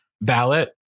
ballot